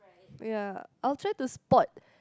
ya I'll try to spot